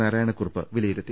നാരായണ കുറുപ്പ് വില യിരുത്തി